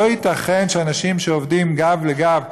לא ייתכן שאנשים שעובדים גב לגב,